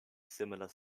similar